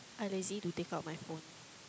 I lazy to take out my phone